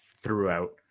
throughout